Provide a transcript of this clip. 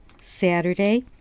Saturday